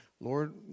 Lord